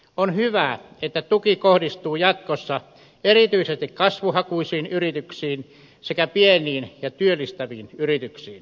on hyvä että tuki kohdistuu jatkossa erityisesti kasvuhakuisiin yrityksiin sekä pieniin ja työllistäviin yrityksiin